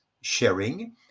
sharing